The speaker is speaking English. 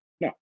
no